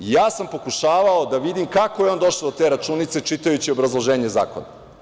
I ja sam pokušavao da vidim kako je on došao do te računice, čitajući obrazloženje zakona.